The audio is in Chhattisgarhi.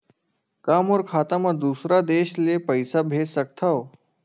का मोर खाता म दूसरा देश ले पईसा भेज सकथव?